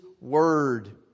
word